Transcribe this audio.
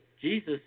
Jesus